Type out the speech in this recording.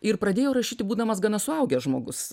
ir pradėjau rašyti būdamas gana suaugęs žmogus